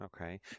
Okay